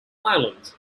ireland